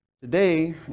Today